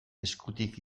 eskutik